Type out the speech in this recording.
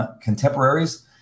contemporaries